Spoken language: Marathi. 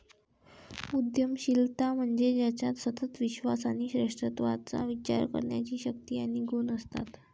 उद्यमशीलता म्हणजे ज्याच्यात सतत विश्वास आणि श्रेष्ठत्वाचा विचार करण्याची शक्ती आणि गुण असतात